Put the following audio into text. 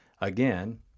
again